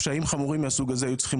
פשעים חמורים מהסוג זה היו צריכים